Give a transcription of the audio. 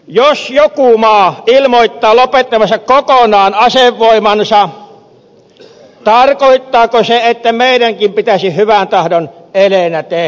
jos joku maa ilmoittaa lopettavansa kokonaan asevoimansa tarkoittaako se että meidänkin pitäisi hyvän tahdon eleenä tehdä niin